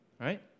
right